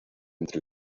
entre